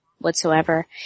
Whatsoever